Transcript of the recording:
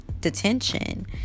detention